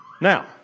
now